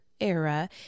Era